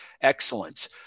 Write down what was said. excellence